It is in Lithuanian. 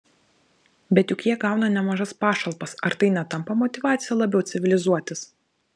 bet juk jie gauna nemažas pašalpas ar tai netampa motyvacija labiau civilizuotis